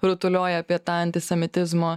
rutulioja apie tą antisemitizmo